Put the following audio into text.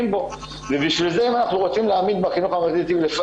כי זה החינוך הממלכתי-דתי שאנחנו מאמינים בו.